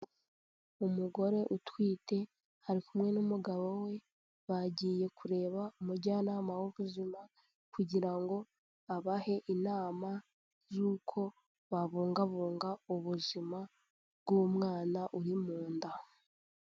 Umugore utwite ari kumwe n'umugabo we bagiye kureba umujyanama w ubuzima kugira ngo abahe inama z'uko babungabunga ubuzima bw'umwana uri mu nda.